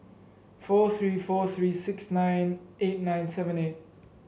four three four three six nine eight nine seven eight